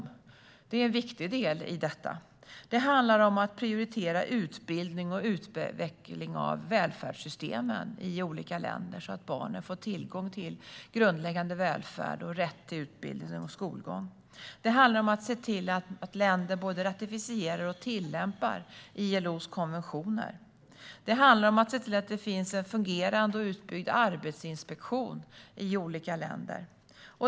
Det är en viktig del i detta. Det handlar om att prioritera utbildning och utveckling av välfärdssystemen i olika länder så att barnen får tillgång till grundläggande välfärd och rätt till utbildning och skolgång. Det handlar om att se till att länder både ratificerar och tillämpar ILO:s konventioner. Det handlar om att se till att det finns en fungerande och utbyggd arbetsinspektion i olika länder.